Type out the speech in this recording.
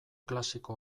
klasiko